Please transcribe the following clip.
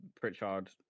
Pritchard